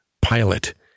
pilot